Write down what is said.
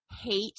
hate